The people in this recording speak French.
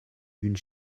une